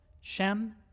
shem